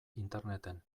interneten